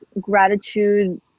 gratitude